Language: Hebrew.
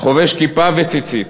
חובש כיפה וציצית,